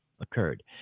occurred